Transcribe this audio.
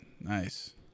Nice